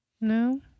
no